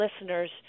listeners